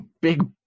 big